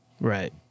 Right